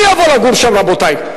מי יבוא לגור שם, רבותי?